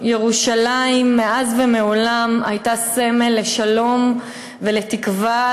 ירושלים מאז ומעולם הייתה סמל לשלום ולתקווה,